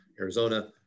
Arizona